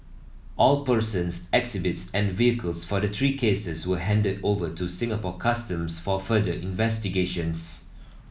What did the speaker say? all persons exhibits and vehicles for the three cases were handed over to Singapore Customs for further investigations